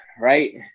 right